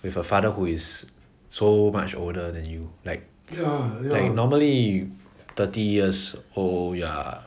with a father who is so much older than you like like normally thirty years old ya